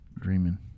Dreaming